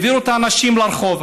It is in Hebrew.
העבירו את האנשים לרחוב,